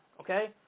okay